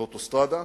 על אוטוסטרדה.